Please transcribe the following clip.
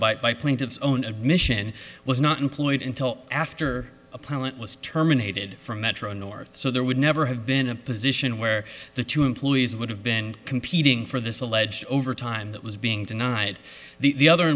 meant by plaintiff's own admission was not employed until after appellant was terminated from metro north so there would never have been a position where the two employees would have been competing for this alleged over time that was being denied the other